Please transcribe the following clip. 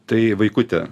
tai vaikuti